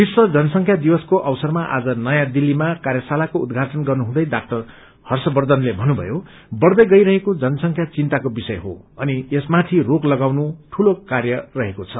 विश्व जनसंख्या दिवसको अवारमा आज नयाँ दिल्लीमा कार्यशालाको उद्घाटन गर्नुहुँदै डा हर्षवर्षनले भन्नुभयो बढ्दै गईरहेको जनसंख्या चिन्ताकोविषय हो अन यसमाथि रोक लागाउनु ठूलो कार्य रहेको छ